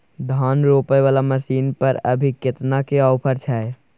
धान रोपय वाला मसीन पर अभी केतना के ऑफर छै?